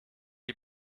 die